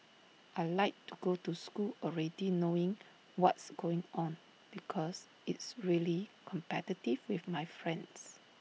I Like to go to school already knowing what's going on because it's really competitive with my friends